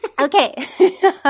Okay